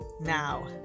Now